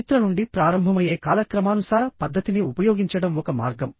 చరిత్ర నుండి ప్రారంభమయ్యే కాలక్రమానుసార పద్ధతిని ఉపయోగించడం ఒక మార్గం